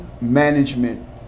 management